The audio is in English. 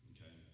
Okay